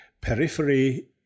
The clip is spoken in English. Periphery